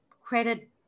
credit